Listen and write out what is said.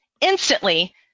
instantly